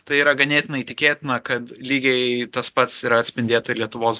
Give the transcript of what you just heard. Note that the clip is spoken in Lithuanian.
tai yra ganėtinai tikėtina kad lygiai tas pats yra atspindėta lietuvos